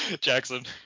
Jackson